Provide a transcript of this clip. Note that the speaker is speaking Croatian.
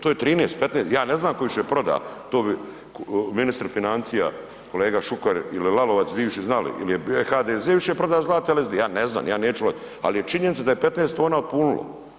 To je 13, 15, ja ne znam tko je više proda to bi ministri financija, kolega Šuker ili Lalovac bivši znali, ili je HDZ više proda zlata ili, ja ne znam, ja neću ulazit, ali je činjenica da je 15 tona otpunulo.